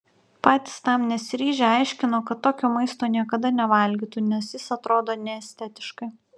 patys tam nesiryžę aiškino kad tokio maisto niekada nevalgytų nes jis atrodo neestetiškai